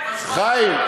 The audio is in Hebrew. חיים,